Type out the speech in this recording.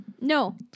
No